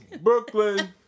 Brooklyn